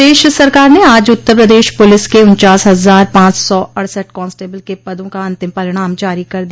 प्रदेश सरकार ने आज उत्तर प्रदेश पुलिस के उन्चास हजार पांच सौ अड़सठ कांस्टेबिल के पदों का अंतिम परिणाम जारी कर दिया